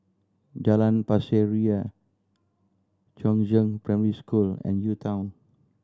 Jalan Pasir Ria Chongzheng Primary School and UTown